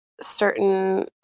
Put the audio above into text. certain